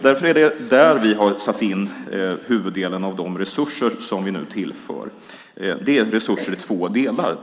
Därför är det där vi har satt in huvuddelen av de resurser som vi nu tillför. Det är resurser i två delar.